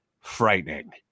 frightening